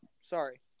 Sorry